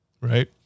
Right